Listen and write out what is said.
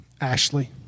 Ashley